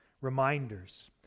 reminders